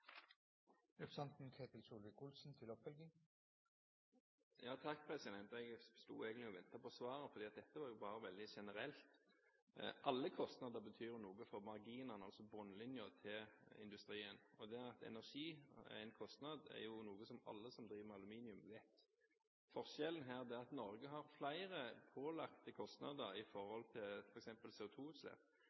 Jeg sto egentlig og ventet på svaret, for dette var veldig generelt. Alle kostnader betyr noe for marginene, altså bunnlinjen til industrien. Det at energi er en kostnad, er noe alle som driver med aluminium, vet. Forskjellen her er at Norge har flere pålagte kostnader i forhold til